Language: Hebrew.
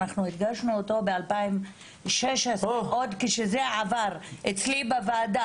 אנחנו הגשנו אותו ב-2016 עוד כשזה עבר אצלי בוועדה,